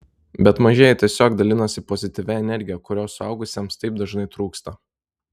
bet mažieji tiesiog dalinasi pozityvia energija kurios suaugusiems taip dažnai trūksta